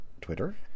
twitter